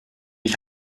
ich